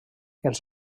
els